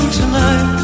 tonight